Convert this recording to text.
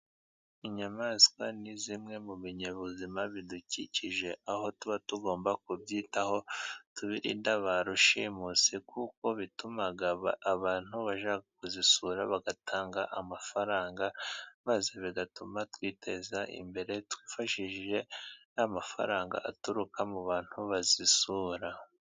Inyamaswa ni zimwe mu binyabuzima bidukikije, aho tuba tugomba kubyitaho tubirinda ba rushimusi kuko bituma abantu bashaka kuzisura, batanga amafaranga maze bigatuma twiteza imbere, twifashishije ya mafaranga aturuka mu bantu bazisura.